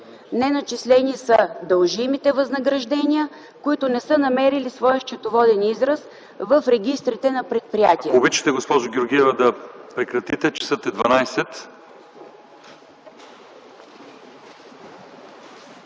Неначислени са дължимите възнаграждения, които не са намерили своя счетоводен израз в регистрите на предприятията.